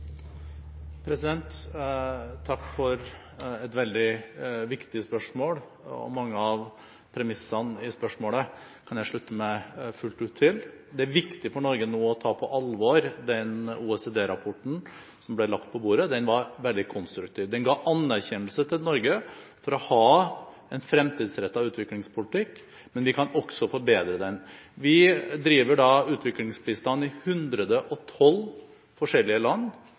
Takk for et veldig viktig spørsmål, og mange av premissene i spørsmålet kan jeg slutte meg fullt ut til. Det er viktig for Norge nå å ta på alvor den OECD-rapporten som ble lagt på bordet. Den var veldig konstruktiv. Den ga anerkjennelse til Norge for å ha en fremtidsrettet utviklingspolitikk, men vi kan også forbedre den. Vi driver utviklingsbistand i 112 forskjellige land.